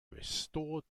restored